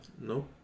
No